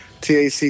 TAC